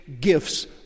gifts